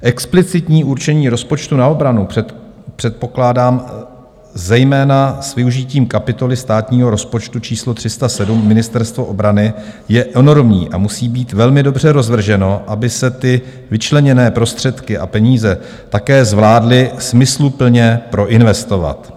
Explicitní určení rozpočtu na obranu, předpokládám zejména s využitím kapitoly státního rozpočtu číslo 307 Ministerstvo obrany, je enormní a musí být velmi dobře rozvrženo, aby se ty vyčleněné prostředky a peníze také zvládly smysluplně proinvestovat.